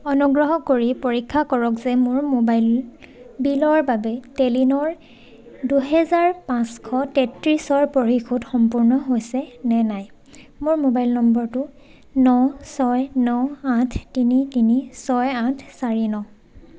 অনুগ্ৰহ কৰি পৰীক্ষা কৰক যে মোৰ মোবাইল বিলৰ বাবে টেলিনৰ দুহেজাৰ পাঁচশ তেত্ৰিছৰ পৰিশোধ সম্পূৰ্ণ হৈছেনে নাই মোৰ মোবাইল নম্বৰটো ন ছয় ন আঠ তিনি তিনি ছয় আঠ চাৰি ন